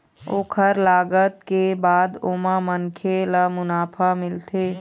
ओखर लागत के बाद ओमा मनखे ल मुनाफा मिलथे